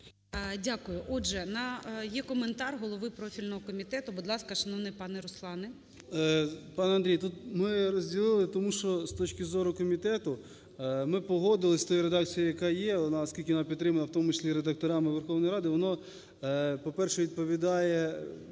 Дякую. Отже, є коментар голови профільного комітету. Будь ласка, шановний пане Руслане. 13:24:54 КНЯЗЕВИЧ Р.П. Пане Андрій, тут ми розділили, тому що з точки зору комітету ми погодились з тою редакцією, яка є, оскільки вона підтримана в тому числі редакторами Верховної Ради. Воно, по-перше, відповідає,